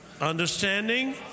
Understanding